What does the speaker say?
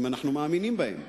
אם אנחנו מאמינים בהם.